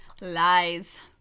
lies